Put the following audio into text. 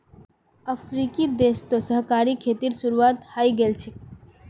अफ्रीकी देश तो सहकारी खेतीर शुरुआत हइ गेल छ